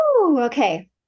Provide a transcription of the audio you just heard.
Okay